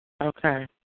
Okay